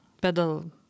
pedal